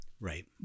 Right